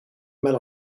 mel